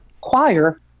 Choir